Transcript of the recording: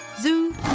Zoo